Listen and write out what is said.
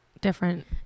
different